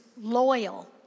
loyal